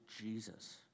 Jesus